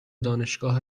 دانشگاه